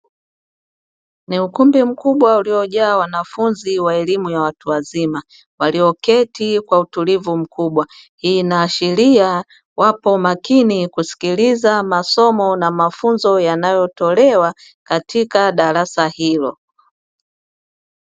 ni ukumbi mkubwa uliojaa wanafunzi wa elimu ya watu watu wazima walioketi kwa utulivu mkubwa, hii inaashilia wapo makini kusikiliza masomo na mafunzo yanayotolewa katika darasa hilo.